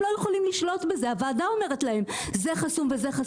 הם לא יכולים לשלוט בזה אלא הוועדה אומרת להם מה חסום.